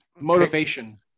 Motivation